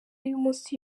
y’umunsi